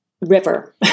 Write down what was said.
river